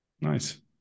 Nice